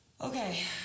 Okay